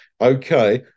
Okay